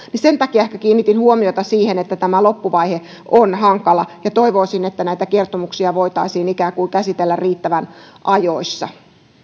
ehkä sen takia kiinnitin huomiota siihen että tämä loppuvaihe on hankala ja toivoisin että näitä kertomuksia voitaisiin käsitellä ikään kuin riittävän ajoissa